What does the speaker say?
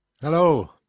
Hello